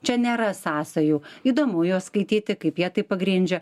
čia nėra sąsajų įdomu juos skaityti kaip jie tai pagrindžia